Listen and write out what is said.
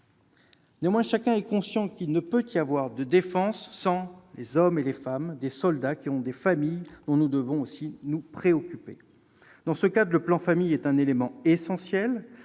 Néanmoins, chacun est conscient qu'il ne peut y avoir de défense sans les hommes et les femmes, des soldats qui ont des familles, dont nous devons aussi nous préoccuper. Dans ce cadre, le plan Famille est un élément essentiel.